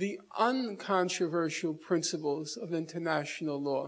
the uncontroversial principles of international law